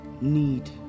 need